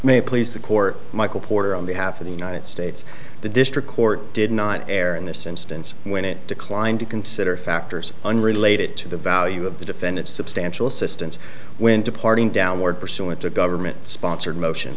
may please the court michael porter on behalf of the united states the district court did not err in this instance when it declined to consider factors unrelated to the value of the defendant substantial assistance when departing downward pursuant to a government sponsored motion